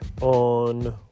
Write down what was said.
on